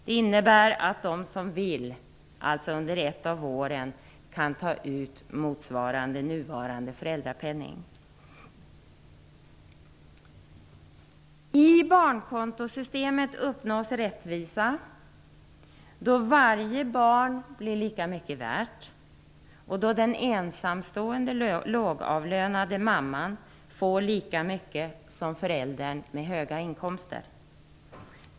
Det innebär att de som vill kan under ett av åren ta ut motsvarande nuvarande föräldrapenning. I barnkontosystemet uppnås rättvisa då varje barn blir lika mycket värt och då den ensamstående lågavlönade mamman får lika mycket som föräldern med höga inkomster.